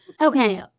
Okay